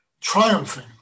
triumphing